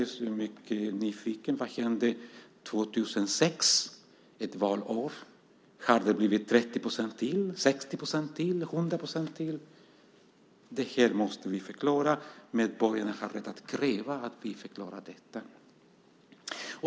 Jag är mycket nyfiken på vad som hände 2006 - ett valår. Har det blivit 30 % till, 60 % till eller 100 % till? Detta måste vi förklara. Medborgarna har rätt att kräva att vi förklarar detta.